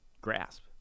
grasp